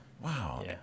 Wow